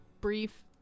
brief